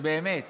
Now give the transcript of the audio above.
שבאמת